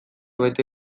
bete